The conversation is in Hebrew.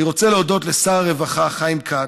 אני רוצה להודות לשר הרווחה חיים כץ,